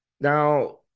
Now